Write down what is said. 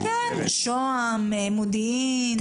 מודיעין,